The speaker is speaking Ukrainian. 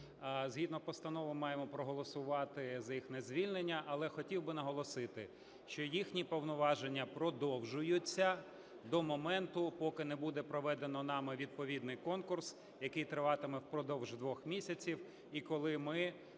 Згідно постанови ми маємо проголосувати за їхнє звільнення. Але хотів би наголосити, що їхні повноваження продовжуються до моменту, поки не буде проведено нами відповідний конкурс, який триватиме впродовж 2 місяців і коли ми